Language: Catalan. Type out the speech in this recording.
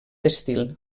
estil